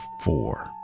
four